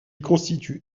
constitue